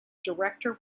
director